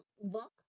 look